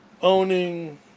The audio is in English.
owning